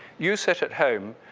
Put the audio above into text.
you sit at home,